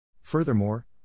Furthermore